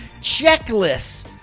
checklists